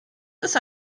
ist